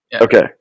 Okay